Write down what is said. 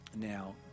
now